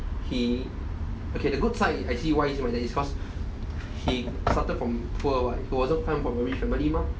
he okay the good side actually why is my dad is cause he started from poor [what] he wasn't come from a rich family mah